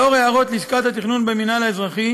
לאור הערות לשכת התכנון במינהל האזרחי